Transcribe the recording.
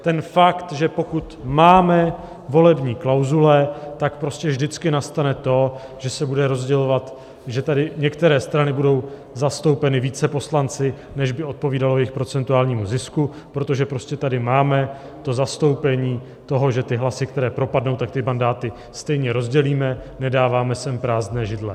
Ten fakt, že pokud máme volební klauzule, prostě vždycky nastane to, že se bude rozdělovat, že tady některé strany budou zastoupeny více poslanci, než by odpovídalo jejich procentuálnímu zisku, protože prostě tady máme zastoupení toho, že hlasy, které propadnou, tak ty mandáty stejně rozdělíme, nedáváme sem prázdné židle.